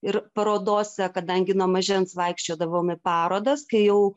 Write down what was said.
ir parodose kadangi nuo mažens vaikščiodavom į parodas kai jau